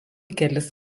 kelis